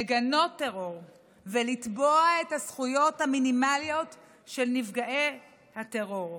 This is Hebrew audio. לגנות טרור ולתבוע את הזכויות המינימליות של נפגעי הטרור,